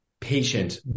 patient